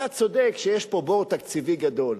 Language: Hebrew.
אתה צודק שיש פה בור תקציבי גדול,